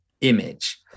image